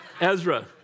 Ezra